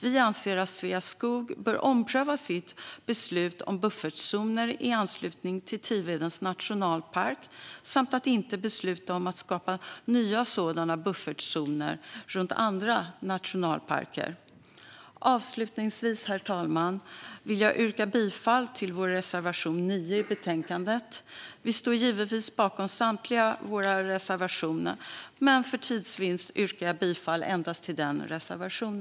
Vi anser att Sveaskog bör ompröva sitt beslut om buffertzoner i anslutning till Tivedens nationalpark samt att inte besluta om att skapa nya sådana buffertzoner runt andra nationalparker. Avslutningsvis, herr talman, vill jag yrka bifall till vår reservation 9 i betänkandet. Vi står givetvis bakom samtliga våra reservationer, men för tidsvinst yrkar jag bifall till endast denna reservation.